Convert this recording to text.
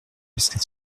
jusqu’à